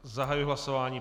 Zahajuji hlasování.